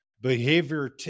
behavior